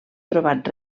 trobat